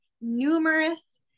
numerous